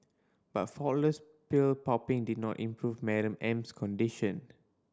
but faultless pill popping did not improve Madam M's condition